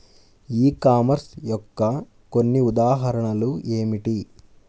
E commerce యొక్క కొన్ని ఉదాహరణలు ఏమిటి?